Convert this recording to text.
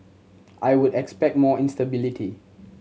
I would expect more instability